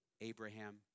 Abraham